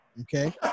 Okay